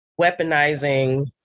weaponizing